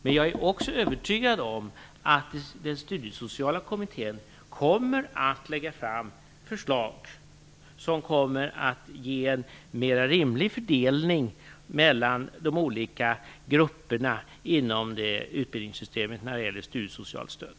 Men jag är också övertygad om att den Studiesociala kommittén kommer att lägga fram förslag som kommer att ge en mer rimlig fördelning mellan de olika grupperna inom utbildningssystemet när det gäller studiesocialt stöd.